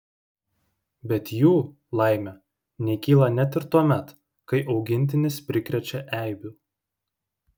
bet jų laimė nekyla net ir tuomet kai augintinis prikrečia eibių